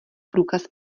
průkaz